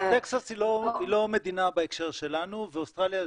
אז טקסס היא לא מדינה בהקשר שלנו ואוסטרליה,